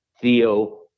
Theo